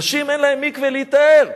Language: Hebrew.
נשים, אין להן מקווה להיטהר,